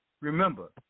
Remember